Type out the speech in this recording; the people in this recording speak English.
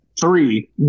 Three